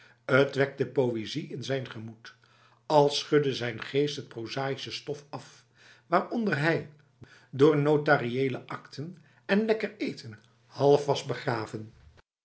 t wekte poëzie in zijn gemoed als schudde zijn geest het prozaïsche stof af waaronder hij door notariële akten en lekker eten halfwas begraven